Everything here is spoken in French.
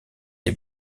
des